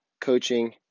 coaching